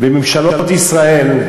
וממשלות ישראל,